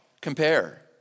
compare